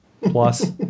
Plus